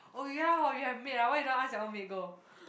oh ya hor you have maid ah why you don't ask your own maid go